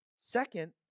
Second